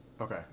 okay